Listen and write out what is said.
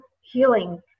healing